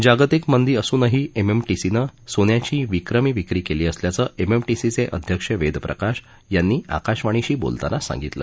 जागतिक मंदी असूनही एम एम टी सी नं सोन्याची विक्रमी विक्री केली असल्याचं एम एम टी सीचे अध्यक्ष वेदप्रकाश यांनी आकाशवाणीशी बोलताना सांगितलं